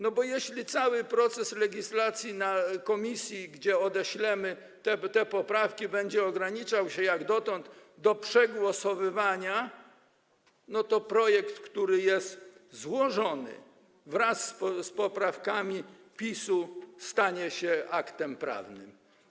No bo jeśli cały proces legislacji w komisji, gdzie odeślemy te poprawki, będzie ograniczał się, jak dotąd, do przegłosowywania, to projekt, który jest złożony, wraz z poprawkami PiS-u stanie się aktem prawnym.